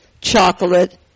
chocolate